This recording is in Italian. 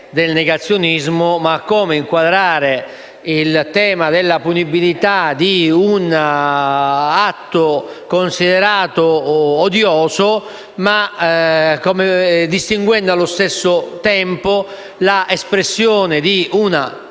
a proposito di come inquadrare il tema della punibilità di un atto considerato odioso, distinguendo, allo stesso tempo, l'espressione di una